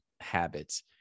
habits